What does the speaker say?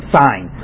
fine